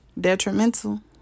detrimental